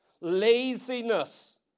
Laziness